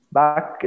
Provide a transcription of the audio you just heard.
back